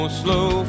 slow